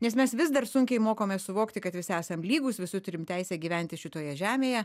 nes mes vis dar sunkiai mokomės suvokti kad visi esam lygūs visi turim teisę gyventi šitoje žemėje